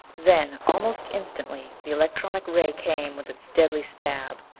then almost instantly the electronic ray came with its deadly stab.